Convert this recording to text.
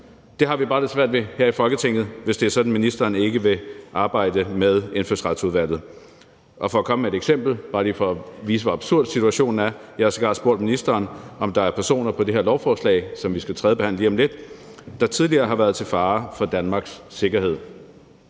Det har vi bare lidt svært ved her i Folketinget, hvis det er sådan, at ministeren ikke vil arbejde med Indfødsretsudvalget. Jeg vil komme med et eksempel bare lige for at vise, hvor absurd situationen er: Jeg har sågar spurgt ministeren, om der er personer på det her lovforslag, som vi skal stemme her om lidt, der tidligere har været til fare for Danmarks sikkerhed.